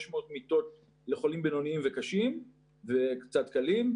מיטות לחולים בינוניים וקשים וקצת קלים,